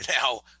now